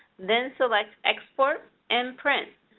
then select export and print.